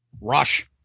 rush